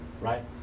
right